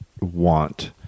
want